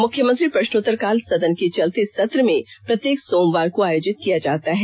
मुख्यमंत्री प्रष्नोत्तर काल सदन के चलते सत्र में प्रत्येक सोमवार को आयोजित किया जाता है